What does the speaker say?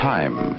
Time